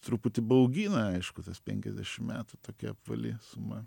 truputį baugina aišku tas penkiasdešim metų tokia apvali suma